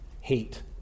Hate